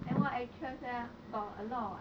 then what actress leh got a lot [what]